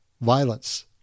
violence